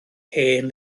hen